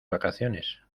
vacaciones